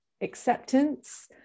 acceptance